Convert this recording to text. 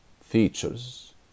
features